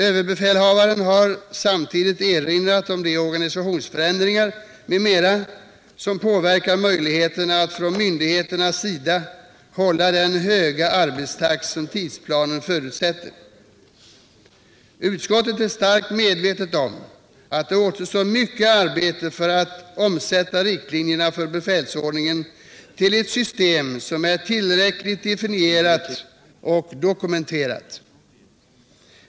Överbefälhavaren har samtidigt erinrat om de organisationsförändringar m.m. som påverkar myndigheternas möjligheter att hålla den höga arbetstakt som tidsplanen förutsätter. Utskottet är starkt medvetet om att det återstår mycket arbete för att omsätta riktlinjerna för befälsordningen i ett system som äär tillräckligt definierat och dokumenterat.